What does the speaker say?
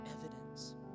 evidence